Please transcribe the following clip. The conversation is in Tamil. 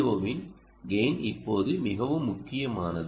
ஓவின் கெய்ன் இப்போது மிகவும் முக்கியமானது